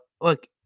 look